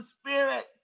spirit